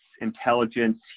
intelligence